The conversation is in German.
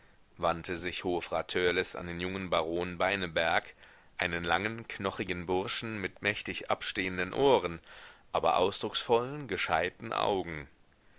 wandte sich hofrat törleß an den jungen baron beineberg einen langen knochigen burschen mit mächtig abstehenden ohren aber ausdrucksvollen gescheiten augen